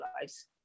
lives